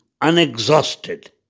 unexhausted